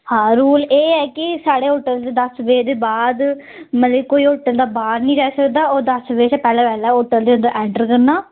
हां रूल एह् ऐ कि साढ़े होटल च दस बजे दे बाद मतलब कि कोई होटल दा बाह्र नि जाई सकदा होर दस बजे शां पैह्ले पैह्ले होटल च ऐंटर करना